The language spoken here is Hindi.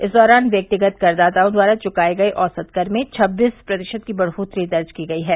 इस दौरान व्यक्तिगत करदाताओं द्वारा चुकाये गये औसत कर में छब्बीस प्रतिशत की बढोतरी दर्ज की गयी है